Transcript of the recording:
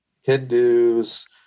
Hindus